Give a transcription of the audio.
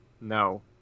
No